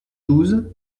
douze